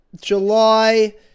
July